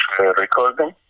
recording